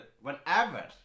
whenever